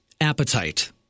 appetite